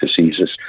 diseases